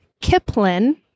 Kiplin